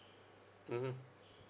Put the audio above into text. mmhmm